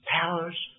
powers